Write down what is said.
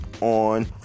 on